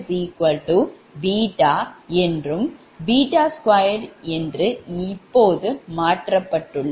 2 இப்போது என்றும் 2 என்று இப்போது மாற்றப்பட்டுள்ளது